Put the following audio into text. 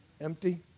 empty